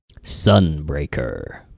sunbreaker